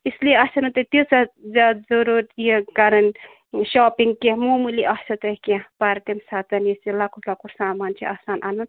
اِس لیے آسوٕ نہٕ تۄہہِ تیٖژاہ زیادٕ ضروٗر یہِ کَرٕنۍ اۭں شاپِنٛگ کیٚنٛہہ معموٗلی آسوٕ تۄہہِ کیٚنٛہہ پَرٕ تَمہِ ساتہٕ یُس یہِ لۄکُٹ لۄکُٹ سامان چھُ آسان اَنُن